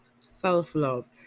self-love